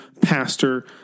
pastor